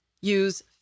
use